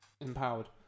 empowered